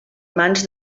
mans